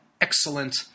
excellent